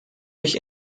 sich